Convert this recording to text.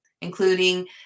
including